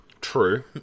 true